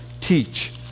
teach